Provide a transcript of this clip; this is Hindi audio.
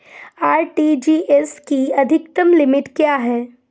आर.टी.जी.एस की अधिकतम लिमिट क्या है?